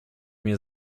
mnie